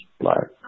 black